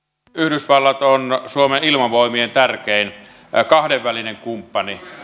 yhdysvallat on suomen ilmavoimien tärkein kahdenvälinen kumppani